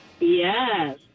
Yes